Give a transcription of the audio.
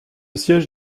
siège